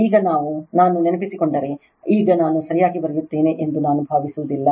ಈಗ ನಾನು ನೆನಪಿಸಿಕೊಂಡರೆ ಈಗ ನಾನು ಸರಿಯಾಗಿ ಬರೆಯುತ್ತೇನೆ ಎಂದು ನಾನು ಭಾವಿಸುವುದಿಲ್ಲ